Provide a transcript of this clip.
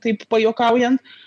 taip pajuokaujant